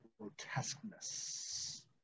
grotesqueness